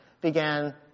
began